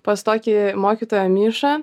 pas tokį mokytoją mišą